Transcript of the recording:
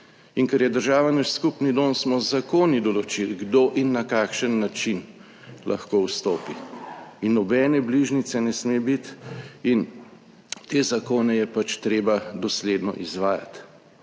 In ker je država naš skupni dom, smo z zakoni določili kdo in na kakšen način lahko vstopi in nobene bližnjice ne sme biti in te zakone je pač treba dosledno izvajati.